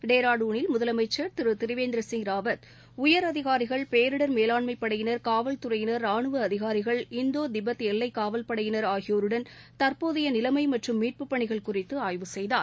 டேராடுனில் முதலமைச்சர் திரு திரிவேந்திர சிவ் ராவத் உயரதிகாரிகள் பேரிடர் மேலாண்மை படையினர் காவல்துறையினர் ரானுவ அதிகாரிகள் இந்தோ திபெத் எல்லை காவல் படையினர் ஆகியோருடன் தற்போதைய நிலைமை மற்றும் மீட்புப் பணிகள் குறித்து ஆய்வு செய்தார்